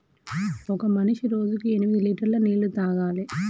ఒక మనిషి రోజుకి ఎనిమిది లీటర్ల నీళ్లు తాగాలి